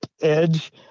edge